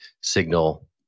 signal